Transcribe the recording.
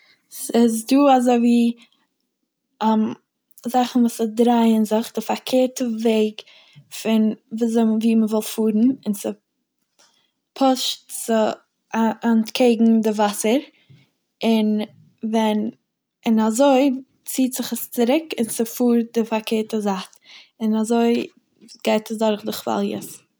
ס'איז דא אזוי ווי זאכן וואס ס'דרייען זיך די פארקערטע וועג פון ווי אזוי ווי מ'וויל פארן, און ס'פאשט ס'- א- אנטקעגן די וואסער און ווען און אזוי ציט זיך עס צוריק און ס'פארט די פארקערטע זייט און אזוי גייט עס דורך די כוואליעס.